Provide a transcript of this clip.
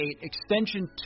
extension